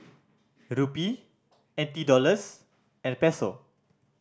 Rupee N T Dollars and Peso